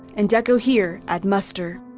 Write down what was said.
and echo here at muster.